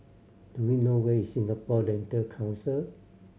do you know where is Singapore Dental Council